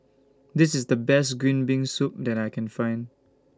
This IS The Best Green Bean Soup that I Can Find